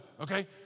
okay